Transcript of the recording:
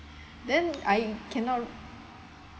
then I cannot